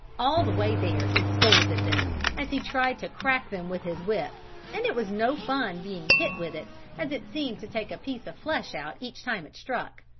all the way there he scolded them as he tried to crack them with his whip, and it was no fun being hit with it as it seemed to take a piece of flesh out each time it struck.